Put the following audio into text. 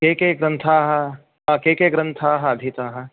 के के ग्रन्थाः के के ग्रन्थाः अधीताः